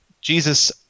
Jesus